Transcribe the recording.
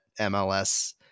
MLS